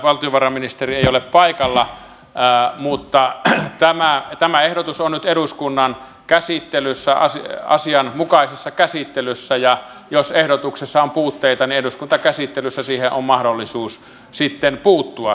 valtiovarainministeri ei ole paikalla mutta tämä ehdotus on nyt eduskunnan käsittelyssä asianmukaisessa käsittelyssä ja jos ehdotuksessa on puutteita eduskuntakäsittelyssä siihen on mahdollisuus sitten puuttua